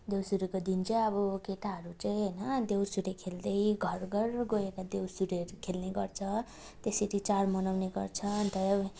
देउसुरेको दिन चाहिँ अब केटाहरू चाहिँ होइन देउसुरे खेल्दै घरघर गोएर देउसुरेहरू खेल्ने गर्छ त्यसरी चाड मनाउने गर्छ अन्त